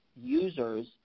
users